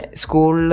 school